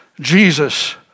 Jesus